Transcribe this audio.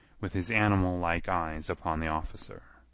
with his animal-like eyes upon the officer.